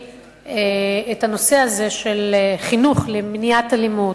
את הנושא הזה של חינוך למניעת אלימות,